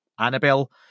Annabelle